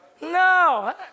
No